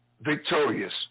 victorious